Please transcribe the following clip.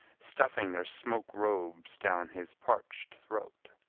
stuffing their smoke robes down his parched throat.